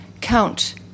count